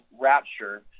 Rapture